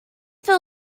feel